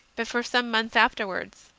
but for some months afterwards.